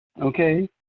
okay